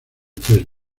tres